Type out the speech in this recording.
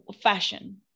fashion